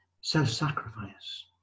self-sacrifice